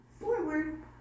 forward